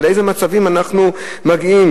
ולאיזה מצבים אנחנו מגיעים.